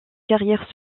carrière